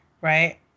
right